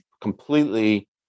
completely